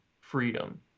freedom